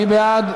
מי בעד?